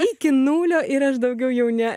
iki nulio ir aš daugiau jau ne